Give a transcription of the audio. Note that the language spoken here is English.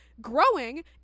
growing